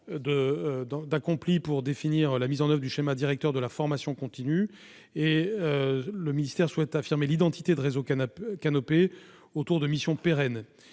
accompli dans le cadre de la mise en oeuvre du schéma directeur de la formation continue. Le ministère souhaite affirmer l'identité du réseau Canopé autour de missions pérennes